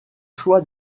choix